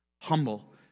humble